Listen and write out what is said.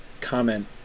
comment